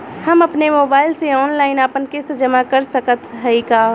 हम अपने मोबाइल से ऑनलाइन आपन किस्त जमा कर सकत हई का?